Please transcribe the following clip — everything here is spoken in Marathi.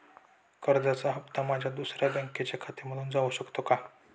कर्जाचा हप्ता माझ्या दुसऱ्या बँकेच्या खात्यामधून जाऊ शकतो का?